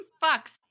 fuck's